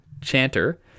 chanter